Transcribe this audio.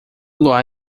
luar